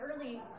early